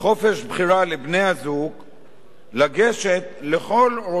לגשת לכל רושם נישואים שהוסמך לכך,